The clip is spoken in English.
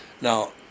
Now